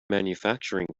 manufacturing